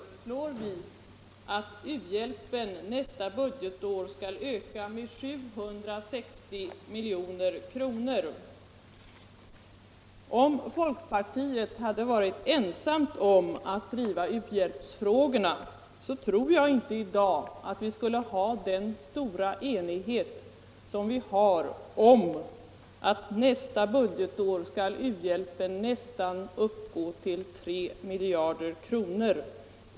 Herr talman! I vår partimotion — detta riktar jag särskilt till fru Nettelbrandt — föreslår vi att u-hjälpen nästa budgetår skall öka med 760 milj.kr. Hade folkpartiet varit ensamt om att driva u-hjälpsfrågorna tror jag inte att vi i dag skulle haft den stora enighet som vi har om att u-hjälpen nästa budgetår skall uppgå till nästan tre miljarder kronor.